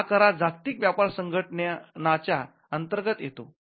हा करार जागतिक व्यापार संघटना च्या अंतर्गत येतो